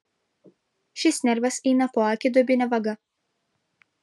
šis nervas eina poakiduobine vaga